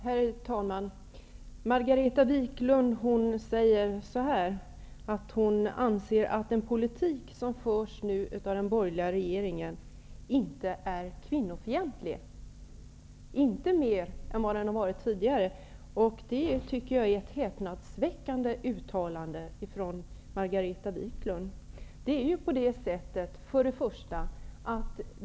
Herr talman! Margareta Viklund säger att hon anser att den politik som nu förs av den borgerliga regeringen inte är mer kvinnofientlig än den som tidigare har förts. Det tycker jag är ett häpnadsväckande uttalande av Margareta Viklund.